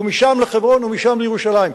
ומשם לחברון ומשם לירושלים.